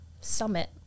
summit